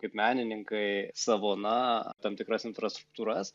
kaip menininkai savo na tam tikras infrastruktūras